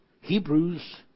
Hebrews